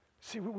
See